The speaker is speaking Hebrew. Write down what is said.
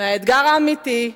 מהאתגר האמיתי,